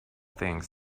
things